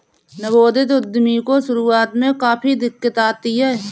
नवोदित उद्यमी को शुरुआत में काफी दिक्कत आती है